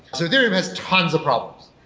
so ethereum has tons of problems,